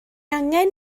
angen